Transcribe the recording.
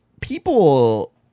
people